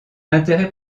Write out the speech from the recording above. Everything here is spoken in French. intérêt